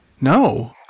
No